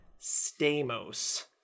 Stamos